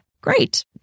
great